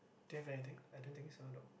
do you anything I don't think so though